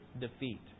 defeat